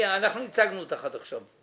אנחנו ייצגנו אותך עד עכשיו.